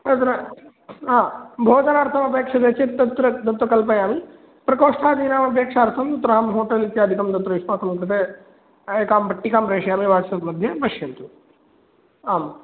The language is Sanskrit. तत्र भोजनार्थम् अपेक्ष्यते चेत् तत्र तत्र कल्पयामि प्रकोष्ठादीनाम् अपेक्षार्थम् अहं तत्र होटेल् इत्यादिकं तत्र युष्माकं कृते एकां पट्टिकां प्रेषयामि वाट्सप्मध्ये पश्यन्तु आम्